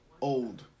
old